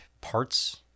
parts